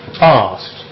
asked